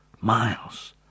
Miles